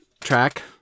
track